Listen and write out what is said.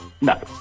No